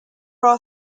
are